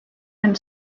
and